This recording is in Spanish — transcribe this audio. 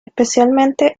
especialmente